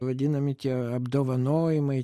vadinami tie apdovanojimai